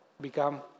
become